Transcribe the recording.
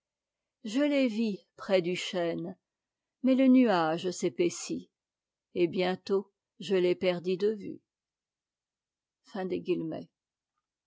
je les vis près du chêne mais le nuage s'épaissit et bientôt je les perdis de vue